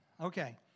Okay